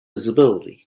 visibility